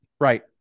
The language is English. right